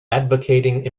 advocating